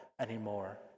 anymore